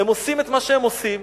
הם עושים את מה שהם עושים.